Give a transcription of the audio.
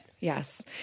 Yes